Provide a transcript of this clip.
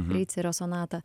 kreicerio sonatą